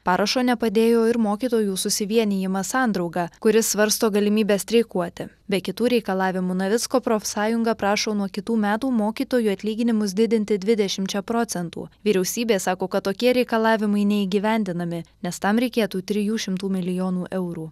parašo nepadėjo ir mokytojų susivienijimas sandrauga kuris svarsto galimybę streikuoti be kitų reikalavimų navicko profsąjunga prašo nuo kitų metų mokytojų atlyginimus didinti dvidešimčia procentų vyriausybė sako kad tokie reikalavimai neįgyvendinami nes tam reikėtų trijų šimtų milijonų eurų